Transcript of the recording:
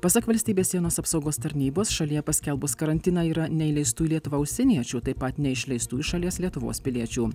pasak valstybės sienos apsaugos tarnybos šalyje paskelbus karantiną yra neįleistų į lietuvą užsieniečių taip pat neišleistų iš šalies lietuvos piliečių